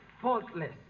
faultless